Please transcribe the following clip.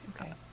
okay